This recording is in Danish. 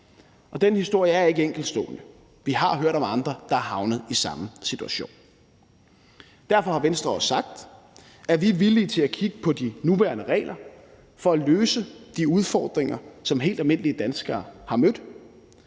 Den historie er ikke enkeltstående. Vi har hørt om andre, der er havnet i samme situation. Derfor har Venstre også sagt, at vi er villige til at kigge på de nuværende regler for at løse de udfordringer, som helt almindelige danskere har mødt.